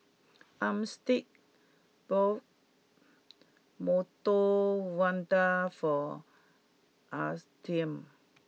Armstead bought Medu Vada for Astian